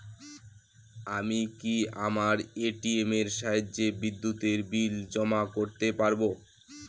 আমি কি আমার এ.টি.এম এর সাহায্যে বিদ্যুতের বিল জমা করতে পারব?